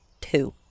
two